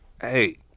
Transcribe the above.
Hey